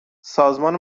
سازمان